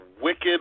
wicked